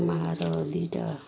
ମା'ର ଦୁଇଟା